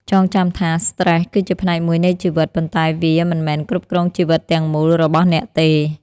ចងចាំថា "ស្ត្រេស" គឺជាផ្នែកមួយនៃជីវិត ប៉ុន្តែវាមិនមែនគ្រប់គ្រងជីវិតទាំងមូលរបស់អ្នកទេ។